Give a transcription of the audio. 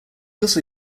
also